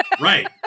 Right